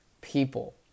people